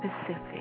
Pacific